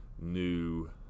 new